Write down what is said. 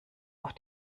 auf